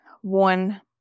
One